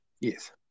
Yes